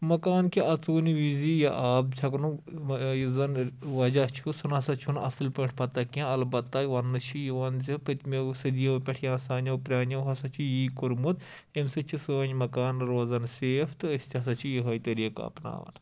مکان کہ اَژوُن وِزی یہِ آب چھَکنُک یُس زَن وَجہہ چھُ سُہ نہ سَا چھُنہٕ اَصٕل پٲٹھۍ پَتہ کینٛہہ البتہ وَننہٕ چھِ یِوان زِ پٔتمیٚو سٔدیو پٮ۪ٹھ یا سانیو پرٛانیٚو ہَسا چھُ یی کوٚرمُت اَمِہ سۭتۍ چھِ سٲنۍ مکان روزان سیف تہٕ أسۍ تہِ ہَسا چھِ یِہَے طٔریٖقہٕ اَپناوان